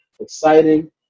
Exciting